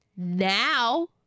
Now